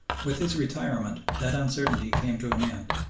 with his retirement that uncertainty came to an end.